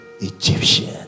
Egyptian